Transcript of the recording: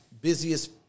busiest